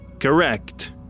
Correct